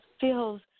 feels